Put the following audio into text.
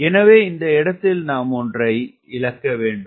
எனவே இந்த இடத்தில் நாம் ஒன்றை இழக்கவேண்டும்